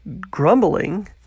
grumbling